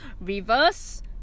reverse